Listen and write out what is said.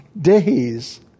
days